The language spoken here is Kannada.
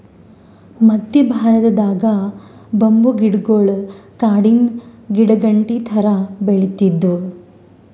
ಮದ್ಯ ಭಾರತದಾಗ್ ಬಂಬೂ ಗಿಡಗೊಳ್ ಕಾಡಿನ್ ಗಿಡಾಗಂಟಿ ಥರಾ ಬೆಳಿತ್ತಿದ್ವು